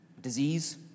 disease